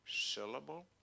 syllable